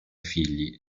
figli